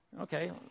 Okay